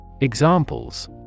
Examples